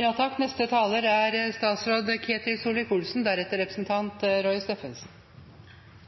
Jeg tror at ikke minst dagens byråd og flertallet i Oslo vil sette pris på siste innlegg, som sier at Oslo har en kollektivtrafikk det er